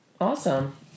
Awesome